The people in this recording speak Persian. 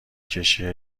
کشه